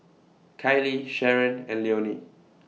Kylee Sharon and Leonie